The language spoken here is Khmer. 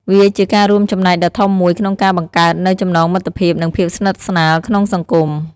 វាជាការរួមចំណែកដ៏ធំមួយក្នុងការបង្កើតនូវចំណងមិត្តភាពនិងភាពស្និទ្ធស្នាលក្នុងសង្គម។